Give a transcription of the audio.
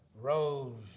rose